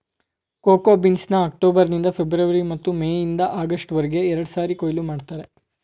cocoa ಬೀನ್ಸ್ನ October ನಿಂದ February ಮತ್ತು ಮೇ ಇಂದ ಆಗಸ್ಟ್ ವರ್ಗೆ ಎರಡ್ಸಾರಿ ಕೊಯ್ಲು ಮಾಡ್ತರೆ